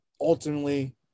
ultimately